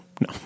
No